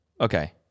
Okay